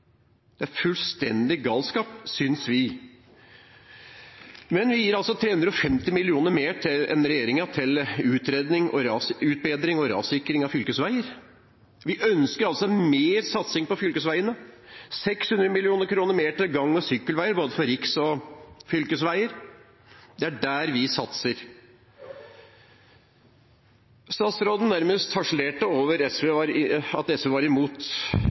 Det er fullstendig galskap, synes vi. Men vi gir 350 mill. kr mer enn regjeringen til utredning, rasutbedring og rassikring av fylkesveier. Vi ønsker mer satsing på fylkesveiene – 600 mill. kr mer til gang- og sykkelveier, både på riksveier og på fylkesveier. Det er der vi satser. Statsråden nærmest harselerte over at SV var imot veiene i